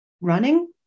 running